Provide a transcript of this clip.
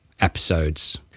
episodes